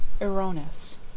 Erroneous